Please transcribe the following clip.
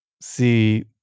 see